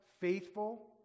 faithful